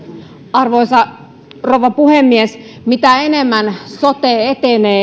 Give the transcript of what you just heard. arvoisa rouva puhemies mitä enemmän sote etenee